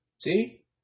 See